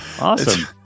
Awesome